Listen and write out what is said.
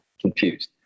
Confused